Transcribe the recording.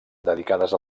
dedicades